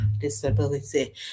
disability